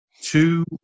two